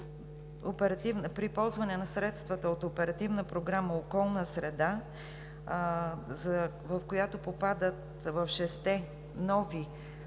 при ползване на средствата от Оперативна програма „Околна среда“, в която попадат шестте нови,